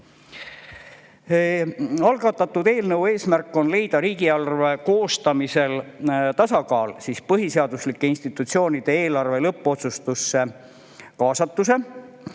Algatatud eelnõu eesmärk on leida riigieelarve koostamisel tasakaal põhiseaduslike institutsioonide eelarve lõppotsustusse kaasatuse